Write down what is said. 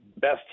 best